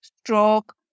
stroke